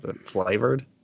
Flavored